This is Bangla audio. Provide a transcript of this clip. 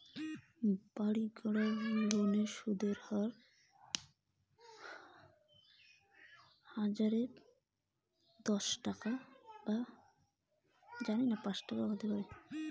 বাড়ির করার লোনের সুদের হার কত?